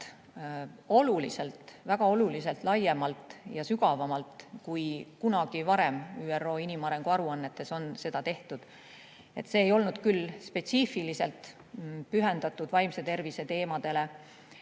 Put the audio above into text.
temaatikat väga oluliselt laiemalt ja sügavamalt, kui kunagi varem ÜRO inimarengu aruannetes on seda tehtud. See ei olnud küll spetsiifiliselt pühendatud vaimse tervise teemadele,